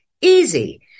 easy